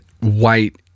White